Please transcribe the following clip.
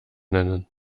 nennen